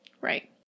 Right